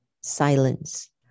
silence